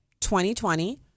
2020